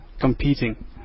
competing